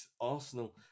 Arsenal